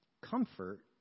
Comfort